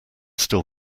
still